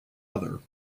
other